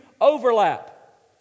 overlap